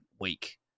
week